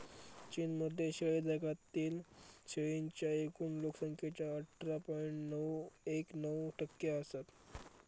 चीन मधले शेळे जगातल्या शेळींच्या एकूण लोक संख्येच्या अठरा पॉइंट एक नऊ टक्के असत